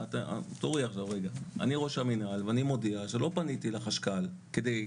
אני ראש המנהל ואני מודיע שלא פניתי לחשכ"ל כדי